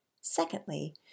Secondly